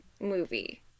movie